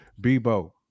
bebo